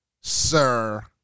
sir